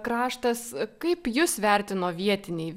kraštas kaip jus vertino vietiniai